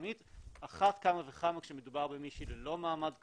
אחת כמה וכמה כשמדובר במישהי בלא מעמד קבוע,